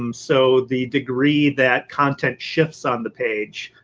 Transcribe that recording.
um so the degree that content shi ts on the page,